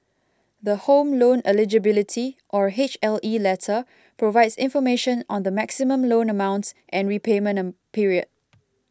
the Home Loan Eligibility or H L E letter provides information on the maximum loan amount and repayment period